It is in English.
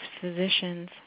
physicians